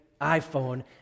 iPhone